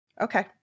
Okay